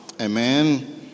Amen